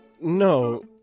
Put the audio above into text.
No